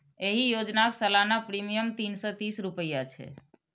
एहि योजनाक सालाना प्रीमियम तीन सय तीस रुपैया छै